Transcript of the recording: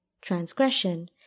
transgression